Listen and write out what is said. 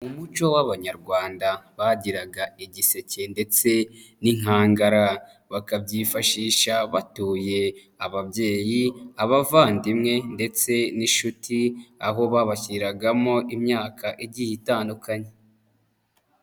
Mu muco w'abanyarwanda, bagiraga igiseke ndetse n'inkangara. Bakabyifashisha batuye ababyeyi, abavandimwe ndetse n'inshuti, aho babashyiragamo imyaka igiye itandukanye.